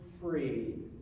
free